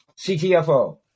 CTFO